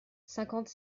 cinquante